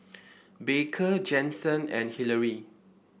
Baker Jensen and Hillary